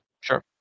sure